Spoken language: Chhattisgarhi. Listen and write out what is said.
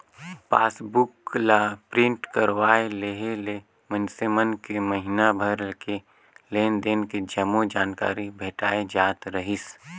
पासबुक ला प्रिंट करवाये लेहे ले मइनसे मन के महिना भर के लेन देन के जम्मो जानकारी भेटाय जात रहीस